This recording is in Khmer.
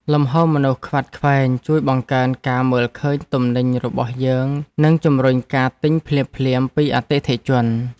លំហូរមនុស្សខ្វាត់ខ្វែងជួយបង្កើនការមើលឃើញទំនិញរបស់យើងនិងជម្រុញការទិញភ្លាមៗពីអតិថិជន។